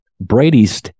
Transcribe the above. Brady's